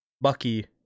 Bucky